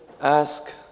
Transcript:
ask